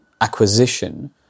acquisition